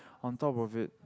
on top of it